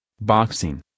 Boxing